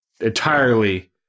entirely